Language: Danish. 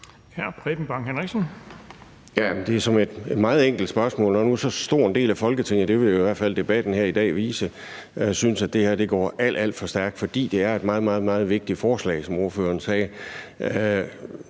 Jeg har et meget enkelt spørgsmål. Når nu så stor en del af Folketinget – det vil debatten her i dag i hvert fald vise – synes, at det her går alt, alt for stærkt, fordi det er et meget, meget vigtigt forslag, som ordføreren sagde,